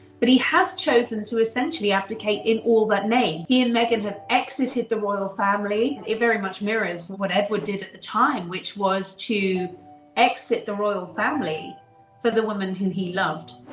but he has chosen to essentially abdicate in all but name. he and meghan have exited the royal family. it very much mirrors what edward did at the time which was to exit the royal family for the woman who he loved.